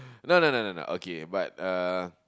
no no no no okay but uh